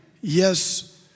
Yes